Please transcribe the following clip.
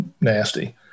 nasty